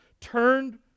turned